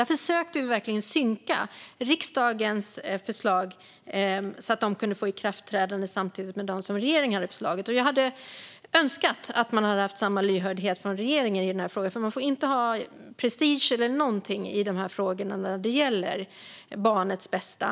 Där försökte vi verkligen synka riksdagens förslag så att de skulle kunna träda ikraft samtidigt som regeringens förslag. Jag hade önskat att de hade haft samma lyhördhet i regeringen i denna fråga, för man får inte ha prestige eller någonting när det gäller barnets bästa.